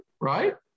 right